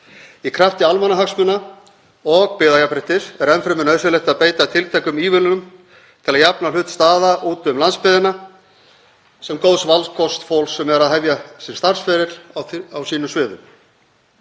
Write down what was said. Í krafti almannahagsmuna og byggðajafnréttis er enn fremur nauðsynlegt að beita tiltækum ívilnunum til að jafna hlut staða úti um landsbyggðina sem góðs valkosts fólks sem er að hefja starfsferil á sínum sviðum.